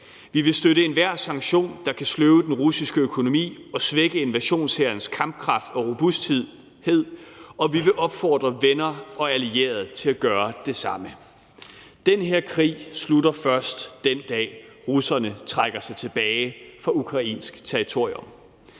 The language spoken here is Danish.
Vi vil støtte enhver sanktion, der kan sløve den russiske økonomi og svække invasionshærens kampkraft og robusthed, og vi vil opfordre venner og allierede til at gøre det samme. Den her krig slutter først den dag, russerne trækker sig tilbage fra ukrainsk territorium.